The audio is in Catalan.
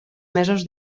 mesos